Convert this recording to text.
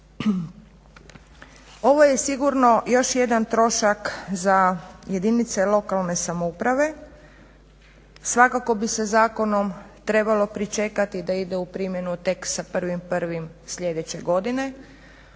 Ovo je sigurno još jedan trošak za jedinice lokalne samouprave. Svakako bi sa zakonom trebalo pričekati da ide u primjenu tek sa 1.01. sljedeće godine.